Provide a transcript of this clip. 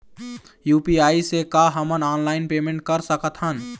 UPI से का हमन ऑनलाइन पेमेंट कर सकत हन?